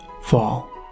fall